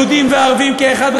יהודים וערבים כאחד,